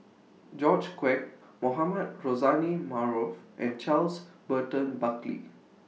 George Quek Mohamed Rozani Maarof and Charles Burton Buckley